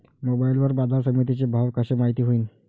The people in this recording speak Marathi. मोबाईल वर बाजारसमिती चे भाव कशे माईत होईन?